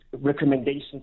Recommendations